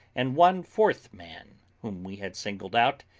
and one fourth man, whom we had singled out,